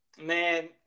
man